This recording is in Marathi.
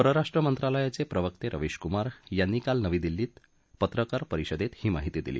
परराष्ट्र मंत्रालयाचे प्रवक्ते रवीश कुमार यांनी काल नवी दिल्लीत पत्रकार परिषदेत ही माहिती दिली